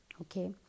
okay